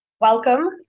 Welcome